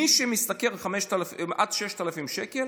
מי שמשתכר עד 6,000 שקל